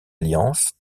alliance